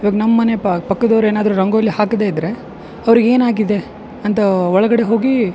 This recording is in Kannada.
ಇವಾಗ ನಮ್ಮ ಮನೆ ಪಕ್ಕದವ್ರು ಏನಾದರು ರಂಗೋಲಿ ಹಾಕದೇ ಇದ್ರೆ ಅವ್ರಿಗೆ ಏನಾಗಿದೆ ಅಂತ ಒಳಗಡೆ ಹೋಗಿ